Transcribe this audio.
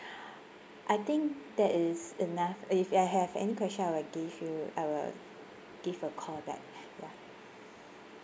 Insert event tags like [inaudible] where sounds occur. [breath] I think that is enough if I have any question I'll give you I'll give a call back ya